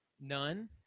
None